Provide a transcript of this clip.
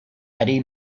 eddie